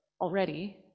already